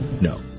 No